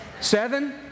Seven